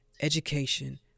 education